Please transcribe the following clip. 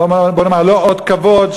בוא נאמר לא אות כבוד,